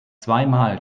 zweimal